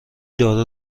دارو